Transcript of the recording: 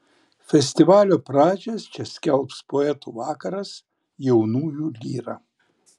festivalio pradžią čia skelbs poetų vakaras jaunųjų lyra